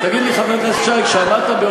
איך אתה מסביר כיבוש צבאי של עוד